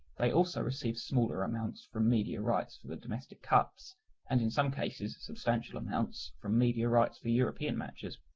they also receive smaller amounts from media rights for the domestic cups and in some cases substantial amounts from media rights for european matches.